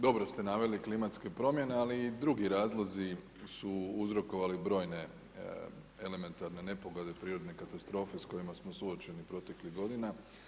Dobro ste naveli klimatske promjene, ali i drugi razlozi su uzrokovali brojne elementarne nepogode i prirodne katastrofe s kojima smo suočeni proteklih godina.